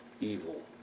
evil